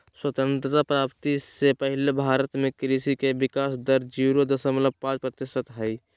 स्वतंत्रता प्राप्ति से पहले भारत में कृषि के विकाश दर जीरो दशमलव पांच प्रतिशत हई